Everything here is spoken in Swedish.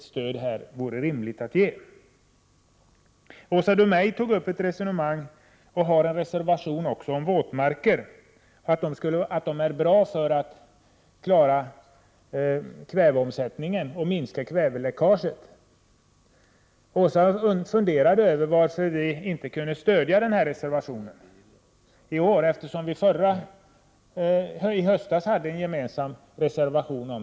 Åsa Domeij tog upp ett resonemang om våtmarker, och hon har också en reservation. Hon framhåller att våtmarkerna är bra när det gäller att klara kväveomsättningen och minska kväveläckaget. Åsa Domeij funderade över varför vi inte kunde stödja reservationen i år, eftersom vi i höstas hade en gemensam reservation.